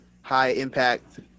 high-impact